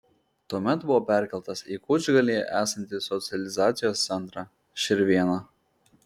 tuomet buvo perkeltas į kučgalyje esantį socializacijos centrą širvėna